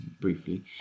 briefly